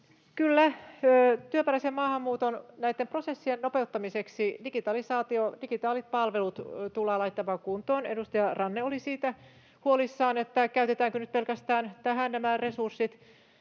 työperäisen maahanmuuton prosessien nopeuttamiseksi digitalisaatio, digitaaliset palvelut tullaan laittamaan kuntoon. Edustaja Ranne oli siitä huolissaan, käytetäänkö nyt pelkästään tähän nämä resurssit.